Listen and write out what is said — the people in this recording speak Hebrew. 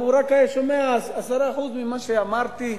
אם הוא רק היה שומע 10% ממה שאמרתי,